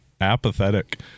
apathetic